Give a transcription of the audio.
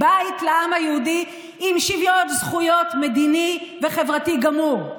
בית לעם היהודי עם שוויון זכויות מדיני וחברתי גמור.